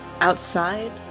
outside